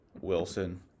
Wilson